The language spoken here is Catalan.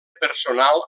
personal